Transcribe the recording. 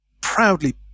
proudly